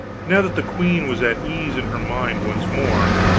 now that the queen was at ease in her mind once more,